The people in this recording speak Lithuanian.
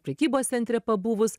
prekybos centre pabuvus